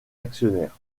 actionnaires